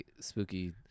spooky